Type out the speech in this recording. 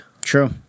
True